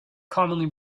commonly